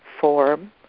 form